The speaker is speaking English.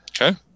okay